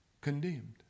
condemned